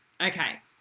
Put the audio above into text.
Okay